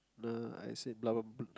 uh I say blah blah blah